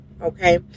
okay